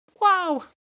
Wow